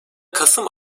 kasım